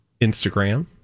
Instagram